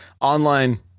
online